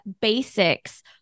basics